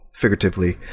Figuratively